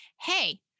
Hey